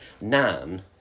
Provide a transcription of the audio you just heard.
nan